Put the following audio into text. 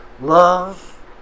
love